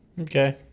Okay